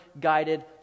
guided